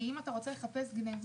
כי אם אתה מחפש גניבות,